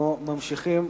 אנחנו ממשיכים